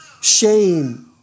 shame